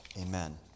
Amen